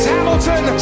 Hamilton